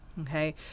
Okay